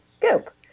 goop